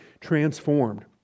transformed